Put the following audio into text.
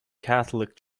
catholic